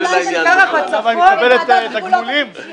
למה, היא מקבלת תגמולים?